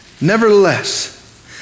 Nevertheless